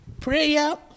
prayer